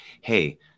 hey